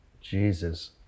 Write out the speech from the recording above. Jesus